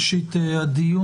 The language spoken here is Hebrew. שנמצאת אתנו בראשית הדיון,